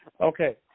Okay